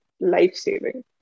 life-saving